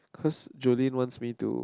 cause Julin wants me to